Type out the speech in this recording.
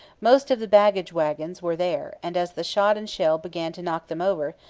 most of the baggage wagons were there and, as the shot and shell began to knock them over,